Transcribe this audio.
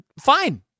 Fine